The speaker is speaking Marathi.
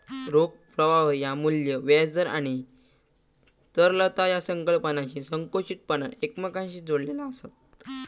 रोख प्रवाह ह्या मू्ल्य, व्याज दर आणि तरलता या संकल्पनांशी संकुचितपणान एकमेकांशी जोडलेला आसत